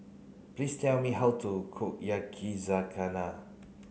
please tell me how to cook Yakizakana